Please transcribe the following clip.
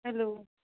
hello